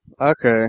Okay